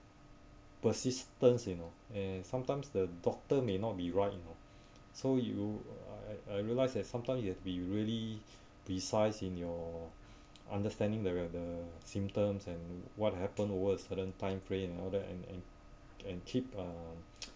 persistence you know and sometimes the doctor may not be right you know so you I I realised as sometimes you have to be really precise in your understanding the re~ the symptoms and what happened over a certain time frame and all that and and and keep uh